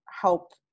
help